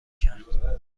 کرد